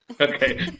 okay